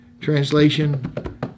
Translation